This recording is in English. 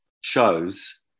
shows